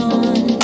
on